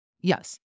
Yes